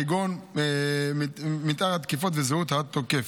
כגון מתאר התקיפה וזהות התוקף.